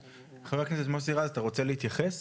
חבר הכנסת מוסי רז, אתה רוצה להתייחס?